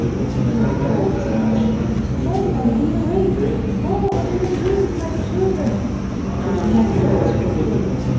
which women call destruction help, i'm being raped oh, what are they doing to my children but which men know as fulfillment.